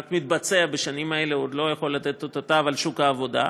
מתבצע בשנים האלה ועוד לא יכול לתת אותותיו על שוק העבודה.